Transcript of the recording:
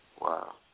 Wow